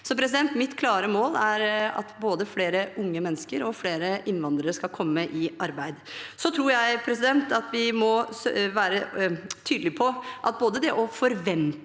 Så mitt klare mål er at både flere unge mennesker og flere innvandrere skal komme i arbeid. Så tror jeg vi må være tydelige på at både å forvente